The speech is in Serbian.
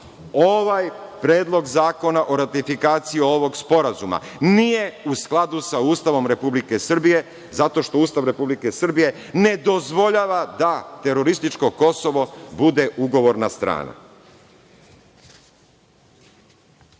Ovaj Predlog zakona o ratifikaciji ovog sporazuma nije u skladu sa Ustavom Republike Srbije zato što Ustav Republike Srbije ne dozvoljava da terorističko Kosovo bude ugovorna strana.O